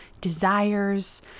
desires